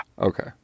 Okay